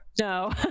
No